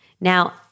Now